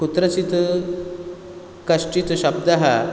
कुत्रचित् कश्चित् शब्दः